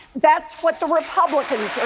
that's what the republicans are